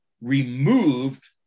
removed